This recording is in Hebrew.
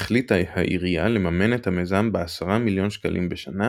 החליטה העירייה לממן את המיזם ב-10 מיליון שקלים בשנה,